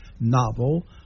novel